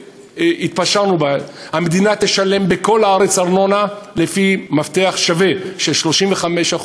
והתפשרנו בעניין: המדינה תשלם בכל הארץ ארנונה לפי מפתח שווה של 35%,